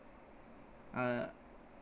uh